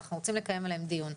אנחנו רוצים לקיים עליהן דיון.